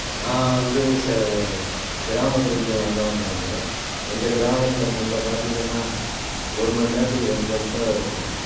நான் வந்து ச கிராமத்திலேருந்து வந்தவன் தாங்க எங்கள் கிராமத்தில் முன்னே பார்த்தீங்கன்னா ஒரு மணிநேரத்துக்கு ஒரு பஸ் தான் இருக்கும்